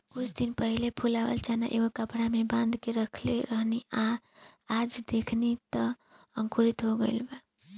कुछ दिन पहिले फुलावल चना एगो कपड़ा में बांध के रखले रहनी आ आज देखनी त अंकुरित हो गइल बा